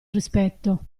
rispetto